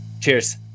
Cheers